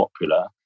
popular